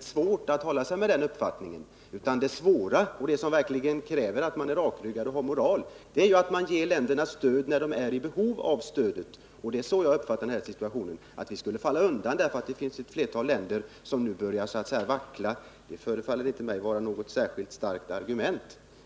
svårt Timor m.m. att driva utrikespolitik. Det svåra och det som verkligen kräver att man är rakryggad och har moral är ju att ge länderna stöd när de är i behov av stöd — och det är så jag har uppfattat den här situationen. Att vi skulle falla undan för att det finns ett flertal länder som nu så att säga börjar vackla förefaller mig inte vara något särskilt starkt argument.